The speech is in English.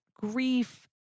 grief